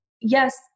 yes